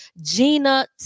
Gina